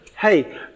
hey